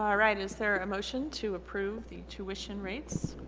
ah right is there a motion to approve the tuition rates?